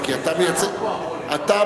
ללכת אתה לא יכול, כי אתה מייצג, אמרו לי.